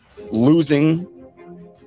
losing